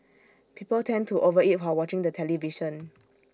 people tend to over eat while watching the television